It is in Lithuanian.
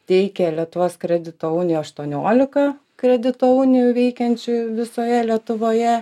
teikia lietuvos kredito unijų aštuoniolika kredito unijų veikiančių visoje lietuvoje